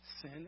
Sin